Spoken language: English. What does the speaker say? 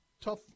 tough